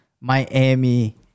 miami